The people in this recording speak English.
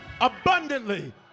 abundantly